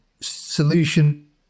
solution